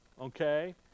okay